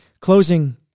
Closing